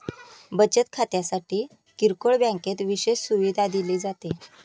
बचत खात्यासाठी किरकोळ बँकेत विशेष सुविधा दिली जाते